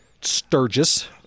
Sturgis